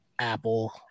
Apple